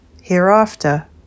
hereafter